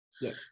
Yes